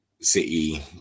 City